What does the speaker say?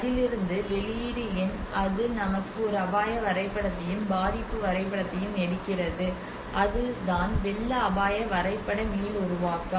அதிலிருந்து வெளியீடு என்ன அது நமக்கு ஒரு அபாய வரைபடத்தையும் பாதிப்பு வரைபடத்தையும் எடுக்கிறது அதுதான் வெள்ள அபாய வரைபட மீளுருவாக்கம்